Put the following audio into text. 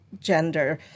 gender